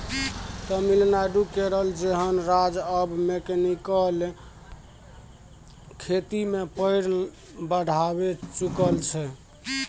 तमिलनाडु, केरल जेहन राज्य आब मैकेनिकल खेती मे पैर बढ़ाए चुकल छै